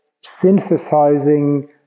synthesizing